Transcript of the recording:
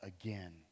again